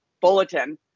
bulletin